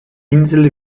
insel